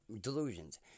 delusions